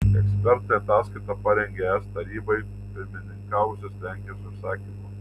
ekspertai ataskaitą parengė es tarybai pirmininkavusios lenkijos užsakymu